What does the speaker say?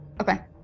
Okay